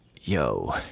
yo